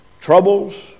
Troubles